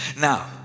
Now